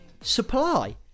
supply